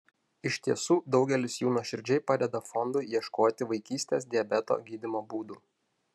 iš tiesų daugelis jų nuoširdžiai padeda fondui ieškoti vaikystės diabeto gydymo būdų